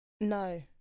No